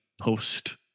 post